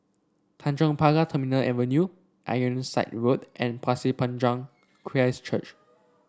Tanjong Pagar Terminal Avenue Ironside Road and Pasir Panjang Christ Church